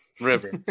river